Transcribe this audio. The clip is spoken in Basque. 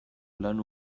lan